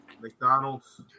McDonald's